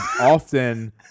often